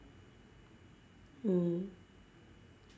mm